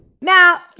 Now